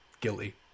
guilty